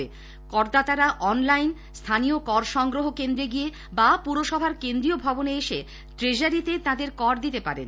কলকাতার অনলাইন স্হানীয় কর সংগ্রহ কেন্দ্রে গিয়ে বা পুরসভার কেন্দ্রীয় ভবনে এসে ট্রেজারিতেও কর দিতে পারেন